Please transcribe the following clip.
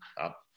up